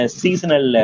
seasonal